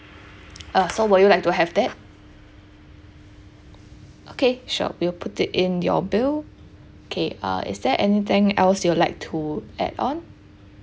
uh so will you like to have that okay sure will put it in your bill okay uh is there anything else you would like to add on